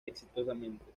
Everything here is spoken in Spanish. exitosamente